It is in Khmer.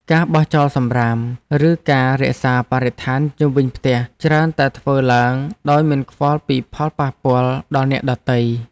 ការបោះចោលសម្រាម ឬការរក្សាបរិស្ថានជុំវិញផ្ទះច្រើនតែធ្វើឡើងដោយមិនខ្វល់ពីផលប៉ះពាល់ដល់អ្នកដទៃ។